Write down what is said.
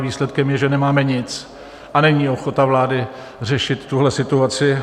Výsledkem je, že nemáme nic, a není ochota vlády řešit tuhle situaci.